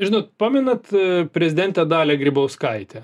žinot pamenat a prezidentę dalią grybauskaitę